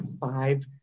five